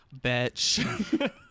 Bitch